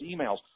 emails